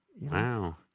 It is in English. wow